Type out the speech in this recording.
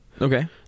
Okay